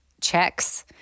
checks